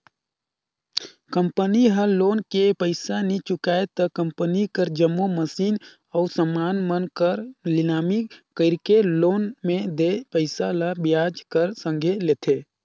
company ह loan के पइसा नी चुकाय त कंपनी कर जम्मो मसीन अउ समान मन कर लिलामी कइरके लोन में देय पइसा ल बियाज कर संघे लेथे